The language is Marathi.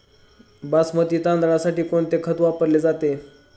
बासमती तांदळासाठी कोणते खत वापरले जाते?